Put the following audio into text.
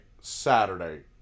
Saturday